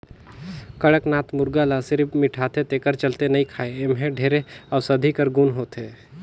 कड़कनाथ मुरगा ल सिरिफ मिठाथे तेखर चलते नइ खाएं एम्हे ढेरे अउसधी कर गुन होथे